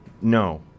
No